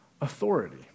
authority